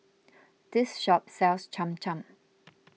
this shop sells Cham Cham